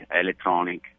electronic